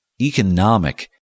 economic